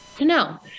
No